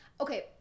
okay